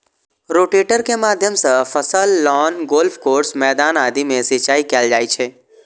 rotator के माध्यम सं फसल, लॉन, गोल्फ कोर्स, मैदान आदि मे सिंचाइ कैल जाइ छै